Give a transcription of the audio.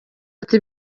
ati